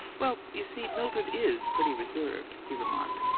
well, you see, mildred is pretty reserved, he remarked.